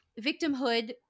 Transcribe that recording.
victimhood